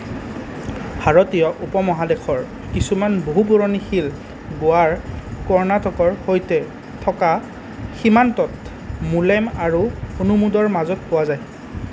ভাৰতীয় উপমহাদেশৰ কিছুমান বহু পুৰণি শিল গোৱাৰ কৰ্ণাটকৰ সৈতে থকা সীমান্তত মোলেম আৰু আনমোদৰ মাজত পোৱা যায়